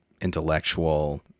intellectual